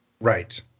right